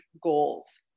goals